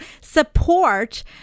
support